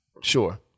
Sure